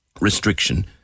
restriction